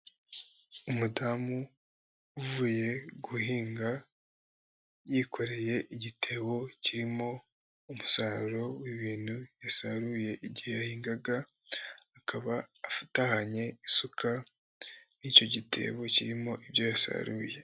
Umudamu uvuye guhinga yikoreye igitebo kirimo umusaruro w'ibintu yasaruye igihe yahingaga, akaba atahanye isuka n'icyo gitebo kirimo ibyo yasaruye.